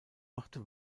machte